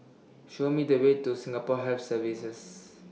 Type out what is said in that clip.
Show Me The Way to Singapore Health Services